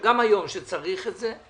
גם היום אני חושב שצריך את זה.